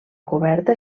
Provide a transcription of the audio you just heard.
coberta